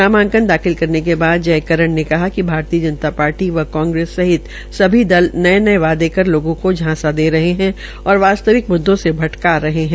नामांकन दाखिल करने के बाद जयकरण ने कहा कि भारतीय जनता पार्टी व कांग्रेस सहित सभी दल नये नये वादे लोगों को झांसा दे रहे है और वास्तविक म्द्दों से भटका रहे है